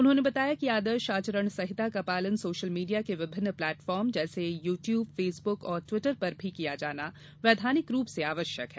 उन्होंने बताया कि आदर्श आचरण संहिता का पालन सोशल मीडिया के विभिन्न प्लेटफार्म जैसे यू ट्यूब फेसबूक एवं ट्वीटर पर भी किया जाना वैधानिक रूप से आवश्यक है